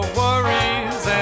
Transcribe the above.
worries